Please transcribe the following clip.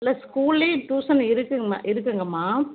இல்லை ஸ்கூல்லையே டியூஷன் இருக்குதும்மா இருக்குங்கம்மா